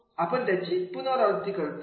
आपण त्याची पुनरावृत्ती करत असत